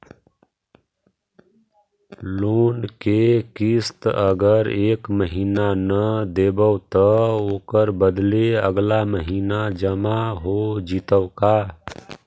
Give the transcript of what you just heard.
Loan के किस्त अगर एका महिना न देबै त ओकर बदले अगला महिना जमा हो जितै का?